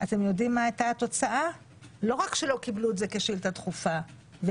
הצעה דחופה לסדר-היום נועדה להעלות לסדר-היום הציבורי נושא